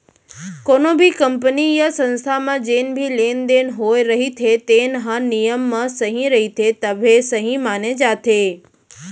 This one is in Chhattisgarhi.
कोनो भी कंपनी य संस्था म जेन भी लेन देन होए रहिथे तेन ह नियम म सही रहिथे तभे सहीं माने जाथे